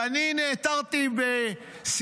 ואני נעתרתי לבקשתם,